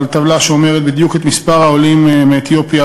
טבלה שאומרת בדיוק את מספר העולים מאתיופיה,